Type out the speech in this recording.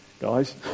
guys